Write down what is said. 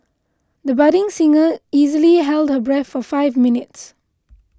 the budding singer easily held her breath for five minutes